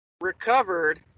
recovered